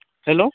hello